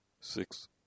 six